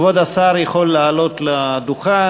כבוד השר יכול לעלות לדוכן,